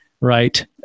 right